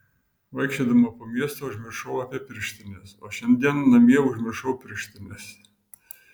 vaikščiodama po miestą užmiršau apie pirštines o šiandien namie užmiršau pirštines